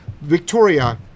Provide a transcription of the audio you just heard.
Victoria